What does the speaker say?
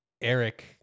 Eric